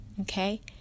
Okay